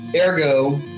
Ergo